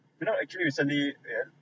you know actually recently yeah